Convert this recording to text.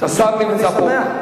השר נמצא פה.